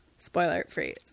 Spoiler-free